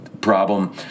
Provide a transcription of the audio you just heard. problem